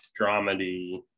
dramedy